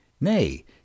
Nay